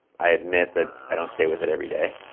i admit that i don't stay with it everyday,